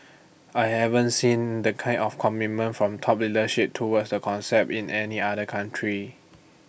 I haven't seen the kind of commitment from top leadership towards the concept in any other country